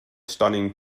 stunning